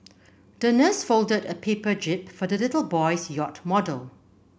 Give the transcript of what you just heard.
the nurse folded a paper jib for the little boy's yacht model